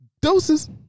Doses